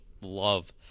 love